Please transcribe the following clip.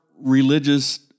religious